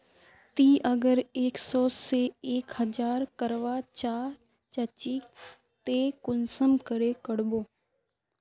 ती अगर एक सो से एक हजार करवा चाँ चची ते कुंसम करे करबो?